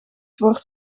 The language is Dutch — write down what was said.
wordt